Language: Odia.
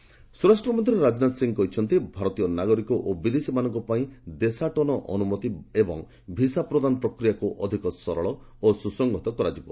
ରାଜନାଥ ଭିସା ସ୍ୱରାଷ୍ଟ୍ରମନ୍ତ୍ରୀ ରାଜନାଥ ସିଂ କହିଛନ୍ତି ଭାରତୀୟ ନାଗରିକ ଓ ବିଦେଶୀମାନଙ୍କ ପାଇଁ ଦେଶାଟନ ଅନୁମତି ଏବଂ ଭିସା ପ୍ରଦାନ ପ୍ରକ୍ରିୟାକୁ ଅଧିକ ସରଳ ଓ ସୁସଂହତ କରାଯିବ